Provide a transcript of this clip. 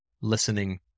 listening